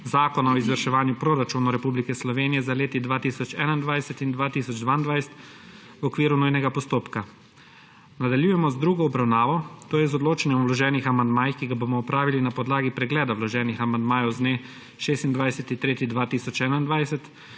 Zakona o izvrševanju proračunov Republike Slovenije za leti 2021 in 2022, v okviru nujnega postopka. Nadaljujemo z drugo obravnavo, to je z odločanjem o vloženih amandmajih, ki ga bomo opravili na podlagi pregleda vloženih amandmajev z dne 26. 3. 2021,